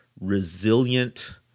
resilient